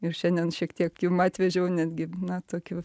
ir šiandien šiek tiek jum atvežiau netgi na tokių